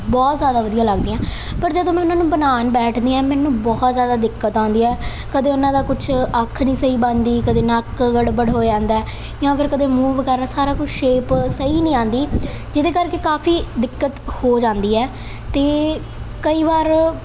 ਬਹੁਤ ਜ਼ਿਆਦਾ ਵਧੀਆ ਲੱਗਦੀਆਂ ਪਰ ਜਦੋਂ ਮੈਂ ਉਹਨਾਂ ਨੂੰ ਬਣਾਉਣ ਬੈਠਦੀ ਹਾਂ ਮੈਨੂੰ ਬਹੁਤ ਜ਼ਿਆਦਾ ਦਿੱਕਤ ਆਉਂਦੀ ਹੈ ਕਦੇ ਉਹਨਾਂ ਦਾ ਕੁਛ ਅੱਖ ਨਹੀਂ ਸਹੀ ਬਣਦੀ ਕਦੇ ਨੱਕ ਗੜਬੜ ਹੋ ਜਾਂਦਾ ਜਾਂ ਫਿਰ ਕਦੇ ਮੂੰਹ ਵਗੈਰਾ ਸਾਰਾ ਕੁਛ ਸ਼ੇਪ ਸਹੀ ਨਹੀਂ ਆਉਂਦੀ ਜਿਹਦੇ ਕਰਕੇ ਕਾਫੀ ਦਿੱਕਤ ਹੋ ਜਾਂਦੀ ਹੈ ਅਤੇ ਕਈ ਵਾਰ